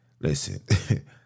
listen